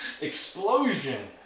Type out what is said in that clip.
explosion